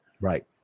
right